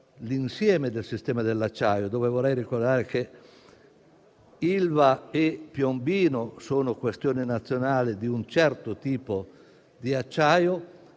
l'insieme del sistema dell'acciaio. Vorrei ricordare che Ilva e Piombino sono questioni nazionali relative a un certo tipo di acciaio,